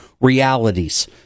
realities